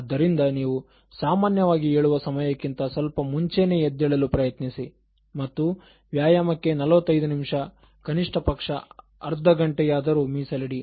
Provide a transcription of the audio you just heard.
ಆದ್ದರಿಂದ ನೀವು ಸಾಮಾನ್ಯವಾಗಿ ಏಳುವ ಸಮಯಕ್ಕಿಂತ ಸ್ವಲ್ಪ ಮುಂಚೇನೆ ಎದ್ದೇಳಲು ಪ್ರಯತ್ನಿಸಿ ಮತ್ತು ವ್ಯಾಯಾಮಕ್ಕೆ 45 ನಿಮಿಷ ಕನಿಷ್ಠಪಕ್ಷ ಅರ್ಧಗಂಟೆಯಾದರೂ ಮೀಸಲಿಡಿ